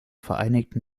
vereinigten